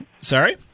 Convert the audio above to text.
Sorry